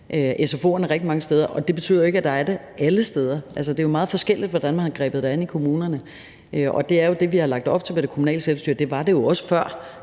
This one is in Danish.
sfo'erne rigtig mange steder. Det betyder ikke, at der er det alle steder, for det er meget forskelligt, hvordan man har grebet det an i kommunerne. Det er jo det, vi har lagt op til med det kommunale selvstyre. Det var det jo også før,